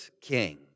king